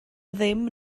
ddim